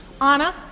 Anna